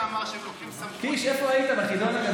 שאמר שהם לוקחים סמכות,